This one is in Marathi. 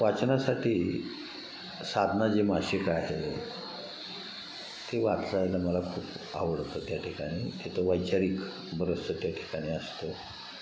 वाचनासाठी साधना जे मासिक आहे ते वाचायला मला खूप आवडतं त्या ठिकाणी हे तर वैचारिक बरंचसं त्या ठिकाणी असतं